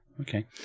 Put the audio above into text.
Okay